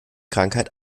krankheit